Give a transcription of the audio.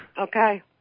Okay